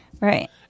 right